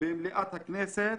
במליאת הכנסת.